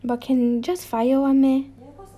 but can just fire [one] meh